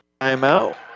timeout